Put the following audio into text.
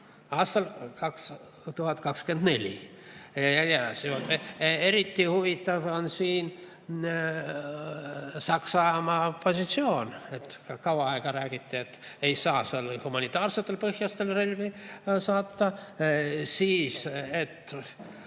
aastal 2024. Eriti huvitav on siin Saksamaa positsioon. Kaua aega räägiti, et ei saa humanitaarsetel põhjustel relvi saata, siis, et